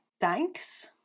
thanks